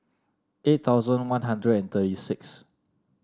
eight thousand One Hundred and thirty six